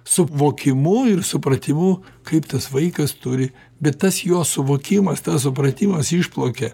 suvokimu ir supratimu kaip tas vaikas turi bet tas jo suvokimas tas supratimas išplaukė